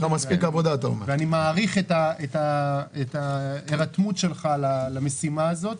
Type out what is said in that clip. ואני מעריך את ההירתמות שלך למשימה הזאת,